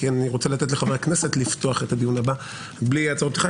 כי אני רוצה לתת לחברי הכנסת לפתוח את הדיון הבא בלי הצהרות פתיחה.